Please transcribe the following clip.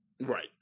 Right